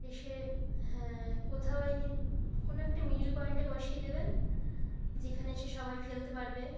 এসে হ্যাঁ কোথাও এই ইয়ে কোনো একটা মিডল পয়েন্টে বসিয়ে দেবেন যেখানে এসে সবাই ফেলতে পারবে